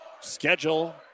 Schedule